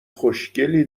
خوشگلی